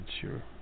sure